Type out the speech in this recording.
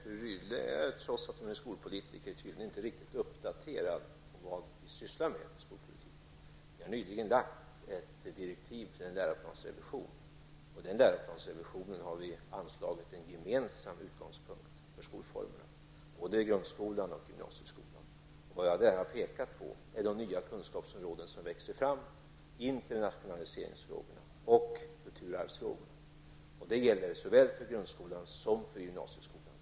Herr talman! Fru Rydle är, trots att hon är skolpolitiker, tydligen inte riktigt uppdaterad på vad vi sysslar med inom skolpolitiken. Vi har nyligen lagt fram ett direktiv till en läroplansrevision, och i den har vi anslagit en gemensam utgångspunkt för skolformerna, både grundskolan och gymnasieskolan. Vad jag i det sammanhanget har pekat på är de nya kunskapsområden som växer fram: internationaliseringsfrågorna och kulturarvsfrågorna. Det gäller såväl för grundskolan som för gymnasieskolan.